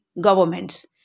governments